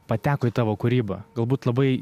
pateko į tavo kūrybą galbūt labai